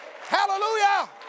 Hallelujah